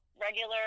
Regular